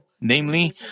Namely